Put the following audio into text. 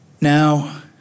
Now